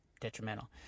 detrimental